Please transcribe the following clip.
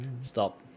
stop